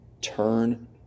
Turn